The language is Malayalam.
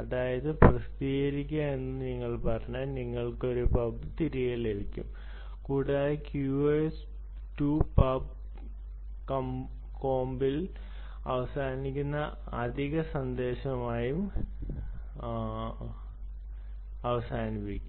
അതായത് പ്രസിദ്ധീകരിക്കുക എന്ന് പറഞ്ഞാൽ നിങ്ങൾക്ക് ഒരു പബ് തിരികെ ലഭിക്കും കൂടാതെ QoS 2 Pub comp ൽ അവസാനിക്കുന്ന അധിക സന്ദേശങ്ങളുമായി അവസാനിക്കും